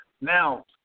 Now